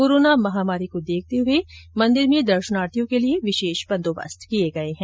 corona महामारी को देखते हुए मंदिर में दर्शनार्थियों के लिए विशेष बंदोबस्त किए गए हैं